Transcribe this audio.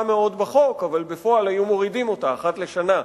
מאוד בחוק אבל בפועל היו מורידים אותה אחת לשנה,